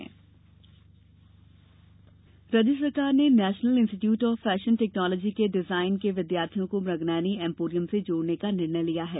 मुगनयनी राज्य सरकार ने national institute of fashion technology के डिजाइन के विद्यार्थियों को मृगनयनी एम्पोरियम से जोड़ने का निर्णय लिया है